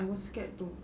I was scared too